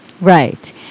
Right